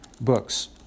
books